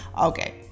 Okay